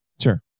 Sure